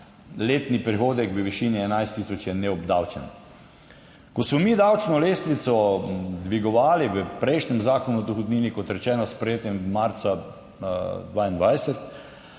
letni prihodek v višini 11000 je neobdavčen. Ko smo mi davčno lestvico dvigovali v prejšnjem Zakonu o dohodnini, kot rečeno s sprejetjem marca 2022,